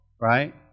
right